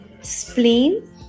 spleen